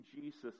Jesus